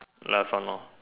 last one lor